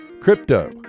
Crypto